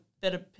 better